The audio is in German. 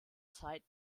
zeit